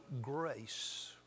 grace